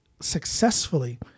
successfully